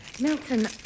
Milton